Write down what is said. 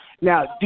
Now